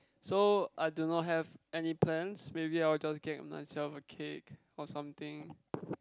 so I do not have any plans maybe I will just get myself a cake or something